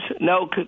no